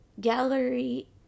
Gallery